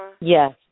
Yes